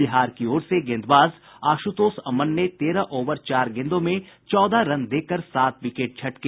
बिहार की ओर से गेंदबाज आश्रतोष अमन ने तेरह ओवर चार गेंदों में चौदह रन देकर सात विकेट झटके